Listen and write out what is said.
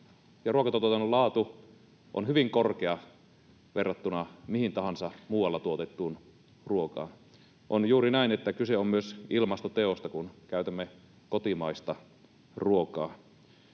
ruokatuotannon laatu on hyvin korkea verrattuna mihin tahansa muualla tuotettuun ruokaan. On juuri näin, että kyse on myös ilmastoteosta, kun käytämme kotimaista ruokaa.